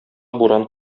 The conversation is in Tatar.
буран